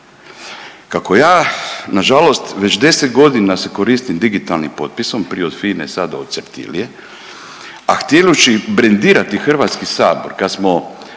Kako ja na žalost već 10 godina se koristim digitalnim potpisom, prije od FINA-e, sada od Certilie, a …/Govornik se ne razumije./… brendirati Hrvatski sabor kad smo